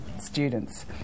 students